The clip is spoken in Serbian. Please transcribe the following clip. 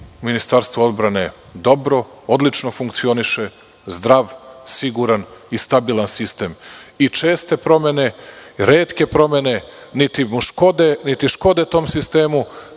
Ministarstvo odbrane dobro, odlično funkcioniše, zdrav, siguran i stabilan sistem. I česte promene i retke promene, niti škode tom sistemu.